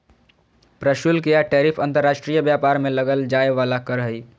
प्रशुल्क या टैरिफ अंतर्राष्ट्रीय व्यापार में लगल जाय वला कर हइ